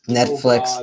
Netflix